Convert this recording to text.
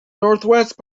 northwest